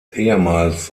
ehemals